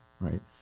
right